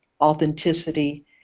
authenticity